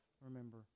remember